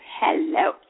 Hello